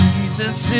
Jesus